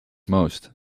most